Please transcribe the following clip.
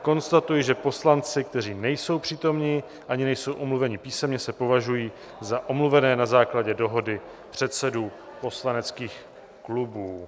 Konstatuji, že poslanci, kteří nejsou přítomni ani nejsou omluveni písemně, se považují za omluvené na základě dohody předsedů poslaneckých klubů.